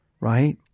Right